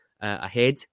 ahead